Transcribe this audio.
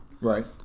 Right